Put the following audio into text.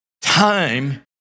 time